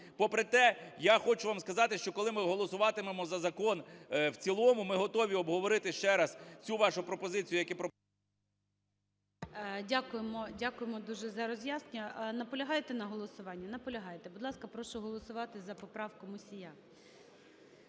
Попри те, я хочу вам сказати, що коли ми голосуватимемо за закон в цілому, ми готові обговорити ще раз цю вашу пропозицію, як і … ГОЛОВУЮЧИЙ. Дякуємо, дякуємо дуже за роз'яснення. Наполягаєте на голосуванні? Наполягаєте. Будь ласка, прошу голосувати за поправку Мусія,